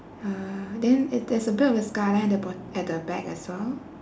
uh then there's a bit of the skyline at the bot~ at the back as well